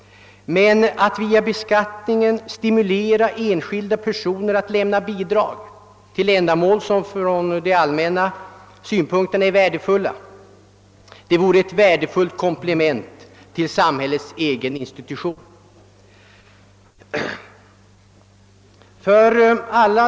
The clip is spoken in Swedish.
Men att via beskattningen stimulera enskilda personer att lämna bidrag till ändamål som från det allmännas synpunkt är värdefulla vore ett komplement till samhällets egen verksamhet.